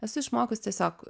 esu išmokus tiesiog